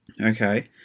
okay